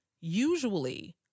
Usually